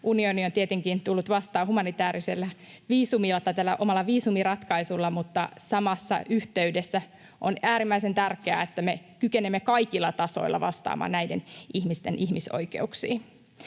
unioni on tietenkin tullut vastaan tällä omalla viisumiratkaisulla, mutta samassa yhteydessä on äärimmäisen tärkeää, että me kykenemme kaikilla tasoilla vastaamaan näiden ihmisten ihmisoikeuksiin.